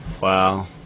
Wow